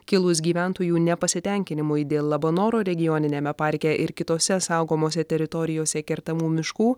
kilus gyventojų nepasitenkinimui dėl labanoro regioniniame parke ir kitose saugomose teritorijose kertamų miškų